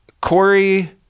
Corey